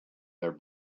their